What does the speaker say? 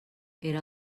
era